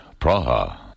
Praha